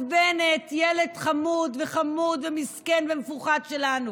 אז, בנט, ילד חמוד, חמוד ומסכן ומפוחד שלנו,